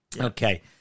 Okay